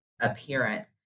appearance